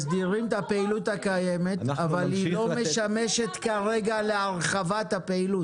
מסדירים את הפעילות הקיימת אבל היא לא משמשת כרגע להרחבת הפעילות.